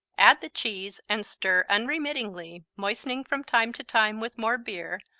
add the cheese and stir unremittingly, moistening from time to time with more beer,